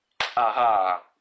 Aha